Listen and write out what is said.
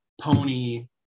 pony